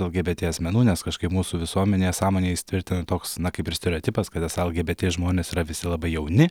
lgbt asmenų nes kažkaip mūsų visuomenėje sąmonėje įsitvirtina toks na kaip ir stereotipas kad esą lgbt žmonės yra visi labai jauni